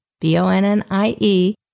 B-O-N-N-I-E